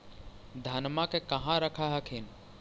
धनमा के कहा रख हखिन?